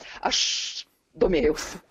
aš domėjausi